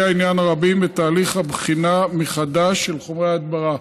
העניין הרבים בתהליך הבחינה מחדש של חומרי ההדברה,